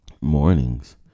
mornings